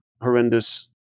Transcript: horrendous